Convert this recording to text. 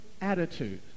attitude